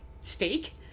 steak